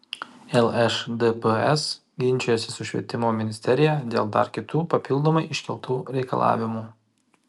lšdps ginčijasi su švietimo ministerija dėl dar kitų papildomai iškeltų reikalavimų